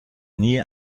nie